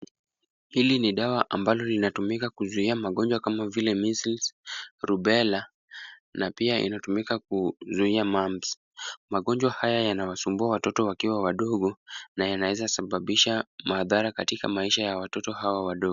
Hili ni dawa ambalo linatumika kuzuia magonjwa kama vile measles, rubella na pia inatumika kuzuia mumps . Magonjwa haya yanawasumbua watoto wakiwa wadogo na yanaweza sababisha madhara katika maisha ya watoto hawa wadogo.